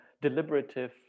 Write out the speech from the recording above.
deliberative